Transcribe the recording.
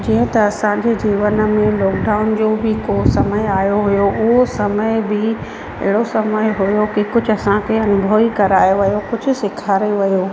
जीअं त असांजो जीवन में लॉकडाउन जो बि को समय आयो हुयो उहो समय बि अहिड़ो समय हुयो कि कुझु असांखे उहो ई करायो वियो कुझु सेखारे वियो हुयो